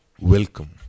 Welcome